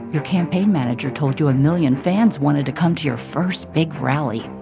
your campaign manager told you a million fans wanted to come to your first big rally.